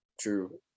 True